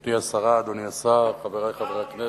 גברתי השרה, אדוני השר, חברי חברי הכנסת,